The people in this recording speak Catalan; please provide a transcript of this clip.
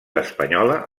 espanyola